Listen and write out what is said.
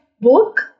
book